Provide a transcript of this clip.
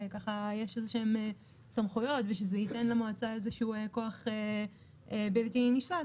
שיש איזה שהן סמכויות ושזה ייתן למועצה איזשהו כוח בלתי נשלט,